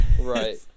right